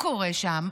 עכשיו, מה קורה?